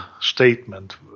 statement